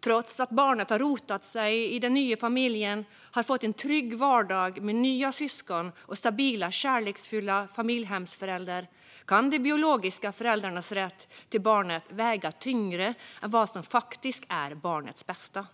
Trots att barnet har rotat sig i den nya familjen och fått en trygg vardag med nya syskon och stabila, kärleksfulla familjehemsföräldrar kan de biologiska föräldrarnas rätt till barnet väga tyngre än vad som faktiskt är barnets bästa.